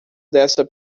dessa